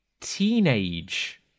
teenage